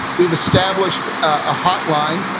we've established a hotline,